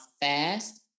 fast